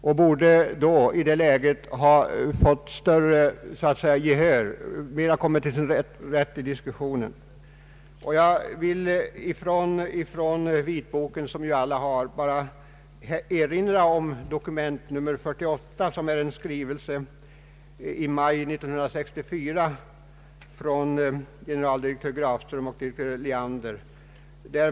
Den borde i det läget ha vunnit bättre behör i diskussionen. Jag vill erinra om dokument nr 48 i vitboken, som alla har. Detta dokument är en skrivelse, daterad i maj 1964, från generaldirektör Grafström och direktör Liander.